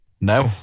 No